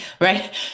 Right